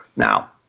now,